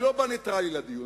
אני לא בא נייטרלי לדיון.